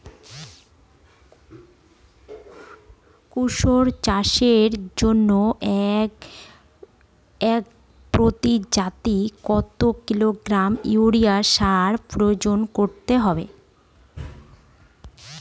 কুসুম চাষের জন্য একর প্রতি জমিতে কত কিলোগ্রাম ইউরিয়া সার প্রয়োগ করতে হবে?